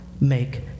make